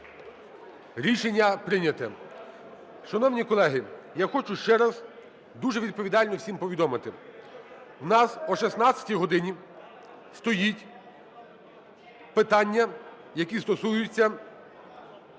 Рішення прийнято. Шановні колеги, я хочу ще раз дуже відповідально всім повідомити: в нас о 16 годині стоять питання, які стосуються